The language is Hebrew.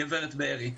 גברת בארי.